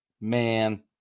Man